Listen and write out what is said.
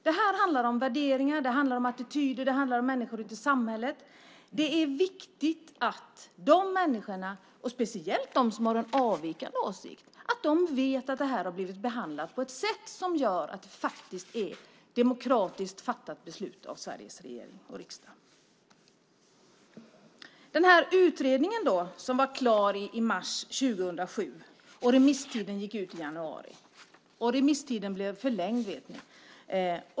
Det här handlar om värderingar, attityder och människor ute i samhället. Det är viktigt att de människorna, och speciellt de som har en avvikande åsikt, vet att detta har behandlats på ett sätt som gör att det faktiskt är ett demokratiskt fattat beslut av Sveriges regering och riksdag. Utredningen var klar i mars 2007. Remisstiden gick ut i januari. Remisstiden blev förlängd, vet ni.